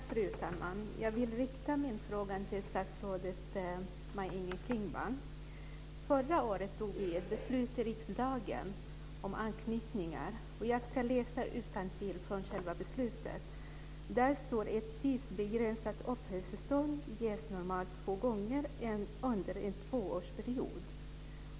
Fru talman! Jag vill rikta min fråga till statsrådet Maj-Inger Klingvall. Förra året fattade vi i riksdagen ett beslut om anknytningar. Jag ska läsa innantill från själva beslutet. Där står: "Ett tidsbegränsat uppehållstillstånd ges normalt två gånger under en tvåårsperiod.